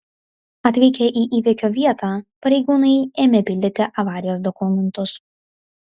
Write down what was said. atvykę į įvykio vietą pareigūnai ėmė pildyti avarijos dokumentus